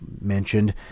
mentioned